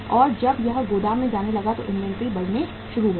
और जब यह गोदाम में जाने लगा तो इन्वेंट्री बढ़नी शुरू हो गई